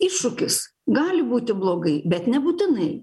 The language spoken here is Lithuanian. iššūkis gali būti blogai bet nebūtinai